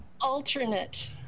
alternate